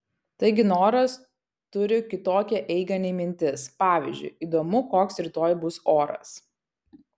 taigi noras turi kitokią eigą nei mintis pavyzdžiui įdomu koks rytoj bus oras